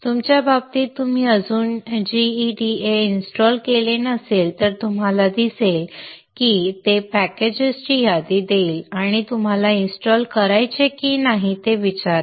तुमच्या बाबतीत तुम्ही अजून gEDA इन्स्टॉल केले नसेल तर तुम्हाला दिसेल की ते पॅकेजेसची यादी देईल आणि तुम्हाला इन्स्टॉल करायचे की नाही ते विचारेल